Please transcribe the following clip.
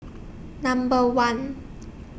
Number one